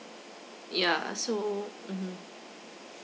yeah so mmhmm